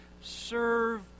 serve